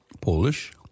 Polish